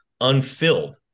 unfilled